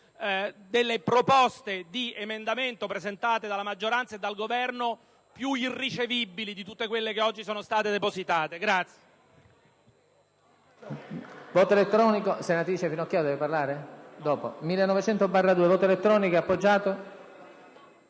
delle proposte di emendamento presentate dalla maggioranza e dal Governo più irricevibili tra tutte quelle oggi depositate.